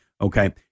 Okay